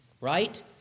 right